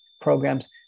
programs